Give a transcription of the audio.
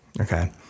Okay